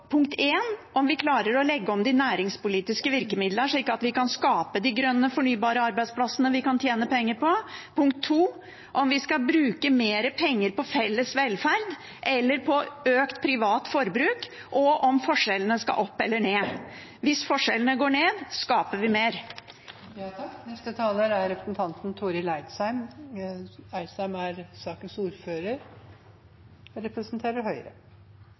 punkt én, om vi klarer å legge om de næringspolitiske virkemidlene slik at vi kan skape de grønne, fornybare arbeidsplassene vi kan tjene penger på, og punkt to, om vi skal bruke mer penger på felles velferd eller på økt privat forbruk, om forskjellene skal opp eller ned. Hvis forskjellene går ned, skaper vi mer. Debatten nærmar seg slutten, og eg vil nytte anledninga til å takke for ein engasjerande og